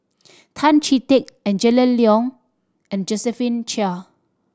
Tan Chee Teck Angela Liong and Josephine Chia